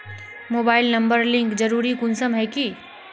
Mobile number link जरुरी कुंसम है की?